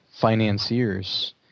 financiers